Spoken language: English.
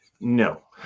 No